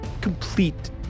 complete